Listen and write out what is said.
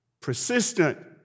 persistent